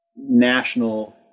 national